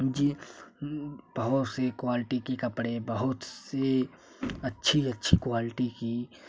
जी बहुत से क्वाल्टी के कपड़े बहुत से अच्छी अच्छी क्वाल्टी की